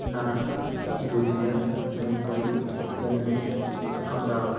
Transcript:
Nashik Dhulia Mumbai Pune Amravati